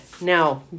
Now